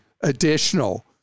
additional